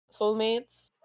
soulmates